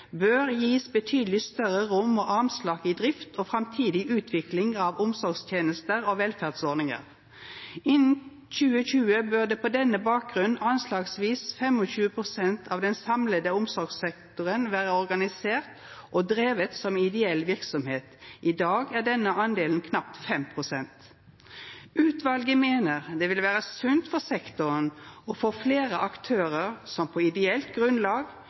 bør gis betydelig større rom og armslag i drift og framtidig utvikling av omsorgstjenester og velferdsordninger. Innen 2020 bør på denne bakgrunn anslagsvis 25 % av den samlede omsorgssektoren være organisert og drevet som ideell virksomhet. I dag er denne andelen knapt 5 %. Utvalget mener det vil være sunt for sektoren å få flere aktører som på